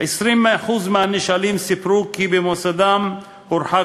20% מהנשאלים סיפרו כי במוסדם הורחק